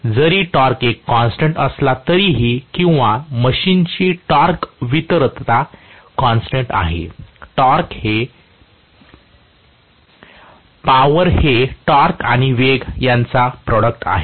जरी टॉर्क एक कॉन्स्टन्ट असला तरीही किंवा मशीनची टॉर्क वितरितता कॉन्स्टन्ट आहे पॉवर हे टॉर्क आणि वेग यांचा प्रॉडक्ट आहे